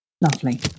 Lovely